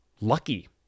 lucky